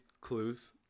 clues